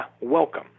welcome